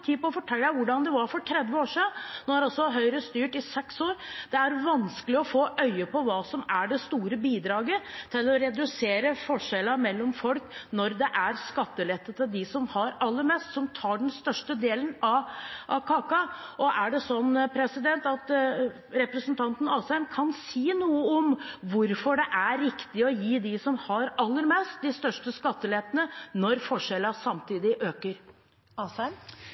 tid på å fortelle hvordan det var for 30 år siden. Nå har altså Høyre styrt i seks år. Det er vanskelig å få øye på hva som er det store bidraget til å redusere forskjellene mellom folk når det er skattelette til dem som har aller mest, til dem som tar den største delen av kaka. Kan representanten Asheim si noe om hvorfor det er riktig å gi dem som har aller mest, de største skattelettene, når forskjellene samtidig øker?